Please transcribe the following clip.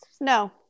no